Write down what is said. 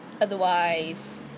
Otherwise